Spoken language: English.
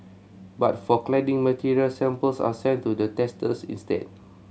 but for cladding materials samples are sent to the testers instead